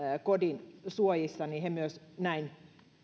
kodin suojissa myös näin